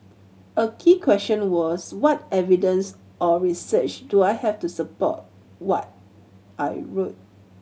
a key question was what evidence or research do I have to support what I wrote